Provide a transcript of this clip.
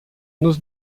nos